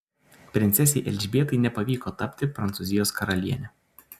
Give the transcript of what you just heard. princesei elžbietai nepavyko tapti prancūzijos karaliene